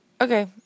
okay